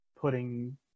putting